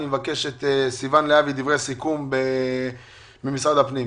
אני אבקש מסיוון להבי ממשרד הפנים לדברי סיכום.